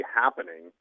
happening